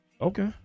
Okay